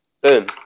Boom